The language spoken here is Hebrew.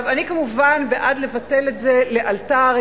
אני כמובן בעד לבטל את זה לאלתר,